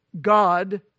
God